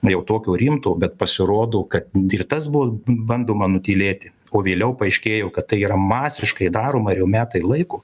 jau tokio rimto bet pasirodo kad n ir tas buvo n bandoma nutylėti o vėliau paaiškėjo kad tai yra masiškai daroma ir jau metai laiko